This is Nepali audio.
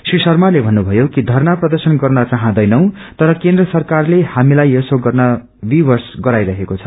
श्री शर्माले भन्नुभयो कि धरना प्रर्दशन गर्न चाहदैनौ तर केनद्र सरकारले झमीलाई यसो गर्ने विवश गराइरहेको छ